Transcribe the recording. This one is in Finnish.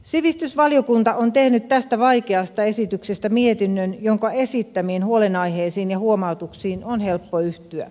sivistysvaliokunta on tehnyt tästä vaikeasta esityksestä mietinnön jonka esittämiin huolenaiheisiin ja huomautuksiin on helppo yhtyä